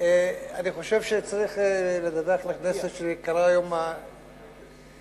אני חושב שצריך לדווח לכנסת שקרה היום מעשה,